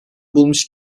bulmuş